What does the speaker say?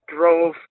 drove